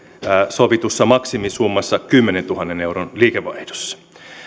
sovitussa maksimisummassa kymmenentuhannen euron liikevaihdossa